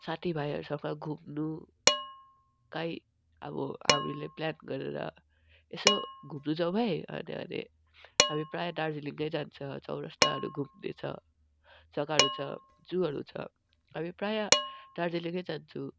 साथी भाइहरूसँग घुम्नु कहीँ अब हामीले प्लान गरेर यसो घुम्नु जाउँ है भन्यो भने हामी प्राय दार्जिलिङै जान्छ चौरस्ताहरू घुम्ने छ जग्गाहरू छ जूहरू छ हामी प्राय दार्जिलिङै जान्छु